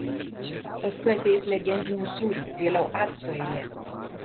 paskui ateis legendinių sūrių vėliau acto eilė